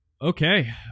Okay